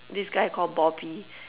this guy called bobby